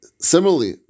Similarly